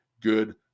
good